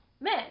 men